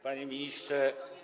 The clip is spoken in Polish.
Panie Ministrze!